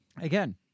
Again